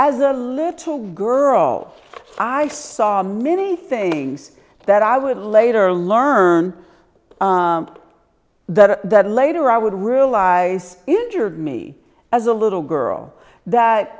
as a little girl i saw many things that i would later learn that that later i would realize injured me as a little girl that